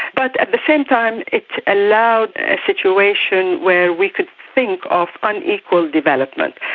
but at the same time it allowed a situation where we could think of unequal development.